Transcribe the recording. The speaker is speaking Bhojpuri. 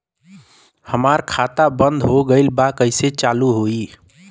हमार खाता बंद हो गईल बा कैसे चालू होई?